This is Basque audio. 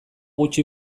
gutxi